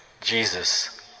Jesus